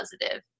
positive